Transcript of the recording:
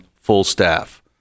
full-staff